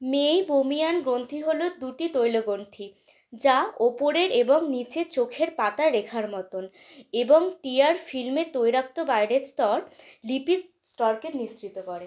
meibomian গ্রন্থি হলো দুটি তৈল গ্রন্থি যা ওপরের এবং নীচের চোখের পাতার রেখার মতোন এবং টিয়ার ফিল্মের তৈলাক্ত বাইরের স্তর লিপিড স্তরকে নিঃসৃত করে